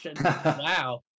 Wow